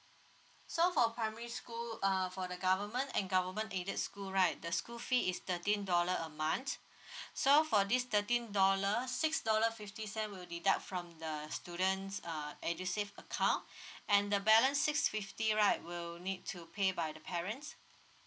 so for primary school um for the government and government aided school right the school fee is thirteen dollar a month so for this thirteen dollar six dollar fifty cent will deduct from the students uh edusave account and the balance six fifty right will need to pay by the parents